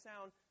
sound